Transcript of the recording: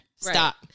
stop